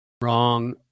Wrong